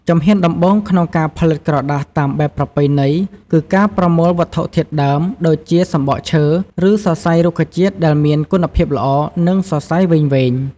ជំហានដំបូង ក្នុងការផលិតក្រដាសតាមបែបប្រពៃណីគឺ ការប្រមូលវត្ថុធាតុដើម ដូចជាសំបកឈើ ឬសរសៃរុក្ខជាតិ ដែលមាន គុណភាពល្អ និងសរសៃវែងៗ។